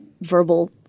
verbal